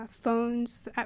phones